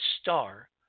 star